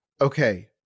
Okay